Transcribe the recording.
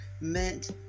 meant